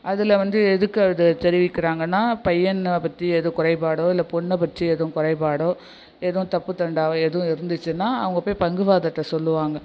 அதில் வந்து எதுக்கு அது தெரிவிற்கிறாங்கனா பையனை பற்றி எதுவும் குறைபாடோ இல்ல பொண்ணை பற்றி எதுவும் குறைபாடோ எதுவும் தப்பு தண்டா எதுவும் இருந்துச்சுன்னால் அவங்க போய் பங்கு ஃபாதர்கிட்ட சொல்லுவாங்க